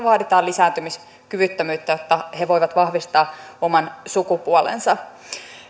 vaaditaan lisääntymiskyvyttömyyttä jotta he voivat vahvistaa oman sukupuolensa